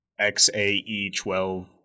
XAE12